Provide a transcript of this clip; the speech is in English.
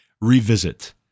revisit